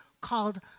called